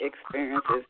experiences